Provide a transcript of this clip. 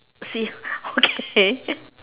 say okay